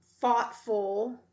thoughtful